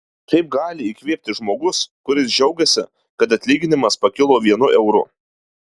kaip gali įkvėpti žmogus kuris džiaugiasi kad atlyginimas pakilo vienu euru